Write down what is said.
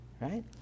right